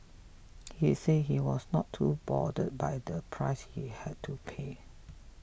he said he was not too bothered by the price he had to pay